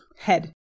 head